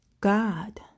God